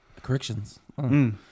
Corrections